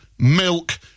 milk